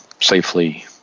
safely